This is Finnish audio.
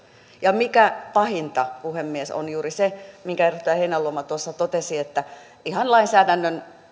ja mikä pahinta puhemies on juuri se minkä edustaja heinäluoma tuossa totesi että ihan lainsäädännön